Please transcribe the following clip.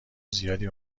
زیادی